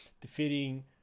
Defeating